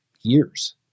years